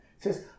says